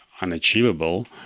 unachievable